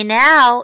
now